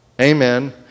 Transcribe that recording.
Amen